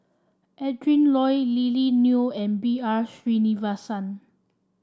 Adrin Loi Lily Neo and B R Sreenivasan